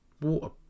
water